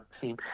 team